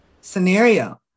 scenario